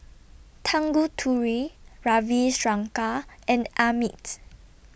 Tanguturi Ravi Shankar and Amit